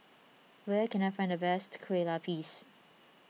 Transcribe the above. where can I find the best Kue Lupis